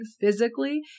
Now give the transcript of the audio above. physically